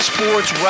Sports